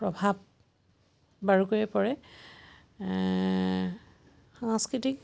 প্ৰভাৱ বাৰুকৈয়ে পৰে সাংস্কৃতিক